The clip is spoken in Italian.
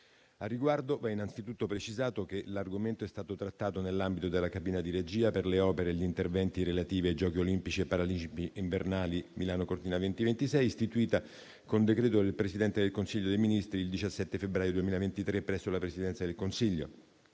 Al riguardo, va innanzitutto precisato che l'argomento è stato trattato nell'ambito della cabina di regia per le opere e gli interventi relativi ai Giochi olimpici e paralimpici invernali Milano-Cortina 2026, istituita con decreto del Presidente del Consiglio dei ministri il 17 febbraio 2023 presso la Presidenza del Consiglio,